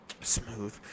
Smooth